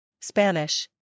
Spanish